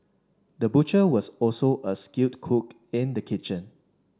the butcher was also a skilled cook in the kitchen